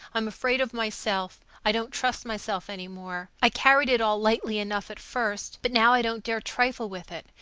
i'm afraid of myself. i don't trust myself any more. i carried it all lightly enough at first, but now i don't dare trifle with it.